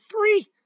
three